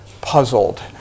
puzzled